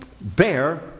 bear